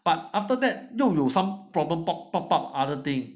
but after that 又有 some problem pop pop up other thing